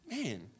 man